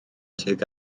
tuag